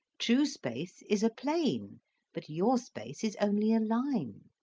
true space is a plane but your space is only a line.